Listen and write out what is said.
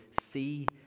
see